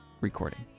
recording